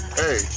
hey